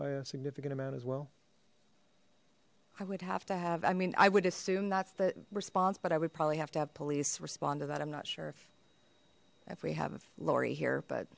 a significant amount as well i would have to have i mean i would assume that's the response but i would probably have to have police respond to that i'm not sure if if we have laurie